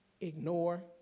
ignore